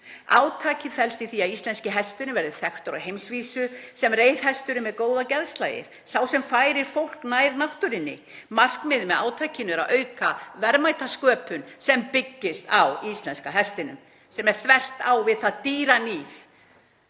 Átakið felst í því að íslenski hesturinn verði þekktur á heimsvísu sem reiðhesturinn með góða geðslagið, sá sem færir fólk nær náttúrunni. Markmiðið með átakinu er að auka verðmætasköpun sem byggist á íslenska hestinum, sem er þvert á það dýraníð